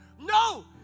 No